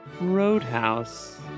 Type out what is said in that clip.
roadhouse